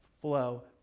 flow